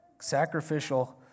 sacrificial